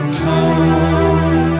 come